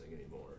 anymore